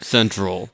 Central